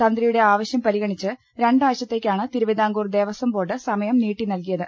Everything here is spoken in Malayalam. തന്ത്രിയുടെ ആവശ്യം പരിഗണിച്ച് രണ്ടാഴ്ചത്തേക്കാണ് തിരുവിതാംകൂർ ദേവസ്വം ബോർഡ് സമയം നീട്ടി നൽകിയത്